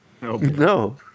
No